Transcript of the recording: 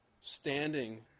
standing